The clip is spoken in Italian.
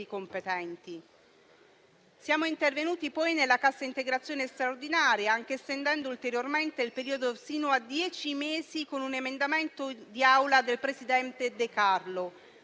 competenti. Siamo intervenuti poi nella cassa integrazione straordinaria, estendendo ulteriormente il periodo, sino a dieci mesi, con un emendamento d'Aula del presidente De Carlo,